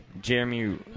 Jeremy